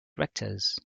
rectors